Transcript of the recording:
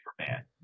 Superman